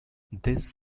this